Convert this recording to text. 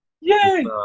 Yay